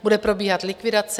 Bude probíhat likvidace.